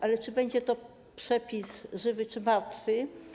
Ale czy będzie to przepis żywy czy martwy?